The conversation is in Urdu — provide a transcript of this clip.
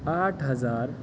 آٹھ ہزار